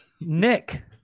Nick